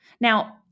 Now